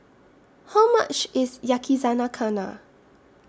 How much IS Yakizakana